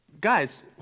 Guys